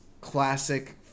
classic